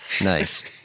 Nice